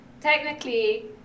Technically